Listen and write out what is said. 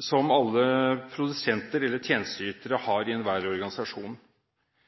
som alle produsenter eller tjenesteytere har i enhver organisasjon.